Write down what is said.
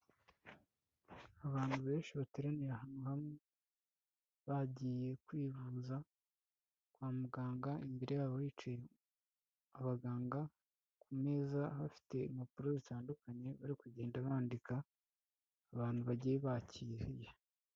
Abantu benshi bateraniye ahantu hamwe bagiye kwivuza kwa muganga, imbere yabo hicaye abaganga, ku meza bahafite impapuro zitandukanye bari kugenda bandika abantu bagiye bakiriye.